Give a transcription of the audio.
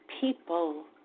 people